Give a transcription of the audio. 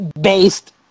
based